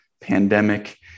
pandemic